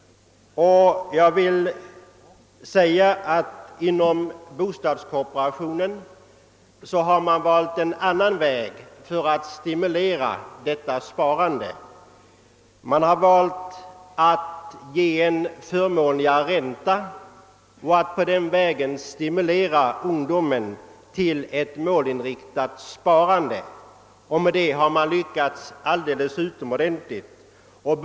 Inom bostadskooperationen har man valt en annan väg för att stimulera sparandet. Man har gett en förmånligare ränta och lyckats alldeles utomordentligt med detta.